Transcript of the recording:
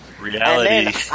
Reality